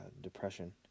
depression